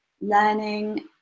learning